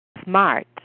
Smart